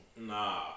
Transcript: Nah